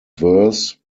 verse